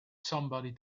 somebody